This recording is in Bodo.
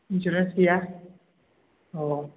इन्सुरेन्स गैया अ